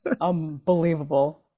Unbelievable